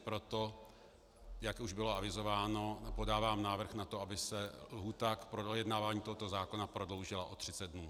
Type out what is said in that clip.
Proto, jak už bylo avizováno, podávám návrh na to, aby se lhůta k projednávání tohoto zákona prodloužila o třicet dnů.